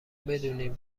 بدونین